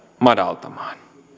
madaltamaan